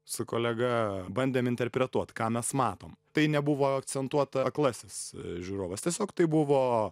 su kolega bandėm interpretuot ką mes matom tai nebuvo akcentuota aklasis žiūrovas tiesiog tai buvo